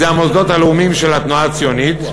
זה המוסדות הלאומיים של התנועה הציונית.